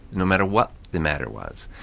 no matter what the matter was.